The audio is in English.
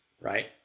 right